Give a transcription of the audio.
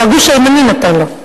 שהגוש הימני נתן לו,